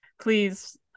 Please